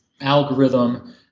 algorithm